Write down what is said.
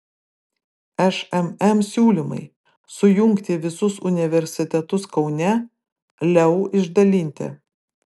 šmm siūlymai sujungti visus universitetus kaune leu išdalinti